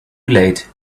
late